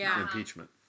impeachment